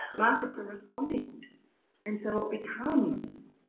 markets are responding and so it becomes